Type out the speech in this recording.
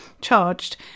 charged